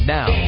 Now